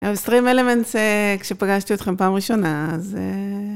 האקסטרים אלמנטס, כשפגשתי אתכם פעם ראשונה, אז...